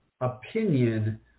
opinion